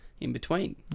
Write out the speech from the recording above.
in-between